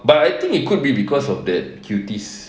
but I think it could be cause of the cuties